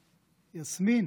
יסמין,